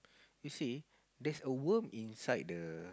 you see there's a worm inside the